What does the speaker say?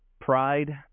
pride